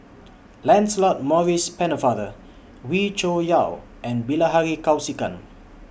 Lancelot Maurice Pennefather Wee Cho Yaw and Bilahari Kausikan